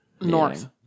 north